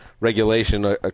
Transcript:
regulation